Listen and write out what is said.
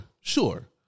sure